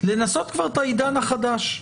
לנסות כבר את העידן החדש?